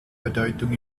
bedeutung